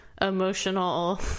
emotional